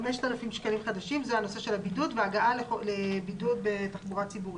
5,000 שקלים חדשים," זה הנושא של הבידוד והגעה לבידוד בתחבורה ציבורית.